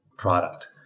product